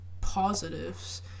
positives